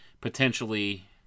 potentially